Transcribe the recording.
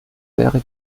wäre